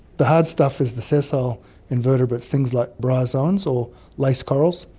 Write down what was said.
the hard stuff is the sessile invertebrates, things like bryozoans or lace corals,